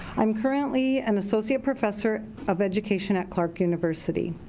i'm currently an associate professor of education at clarke university.